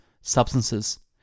substances